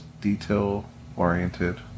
detail-oriented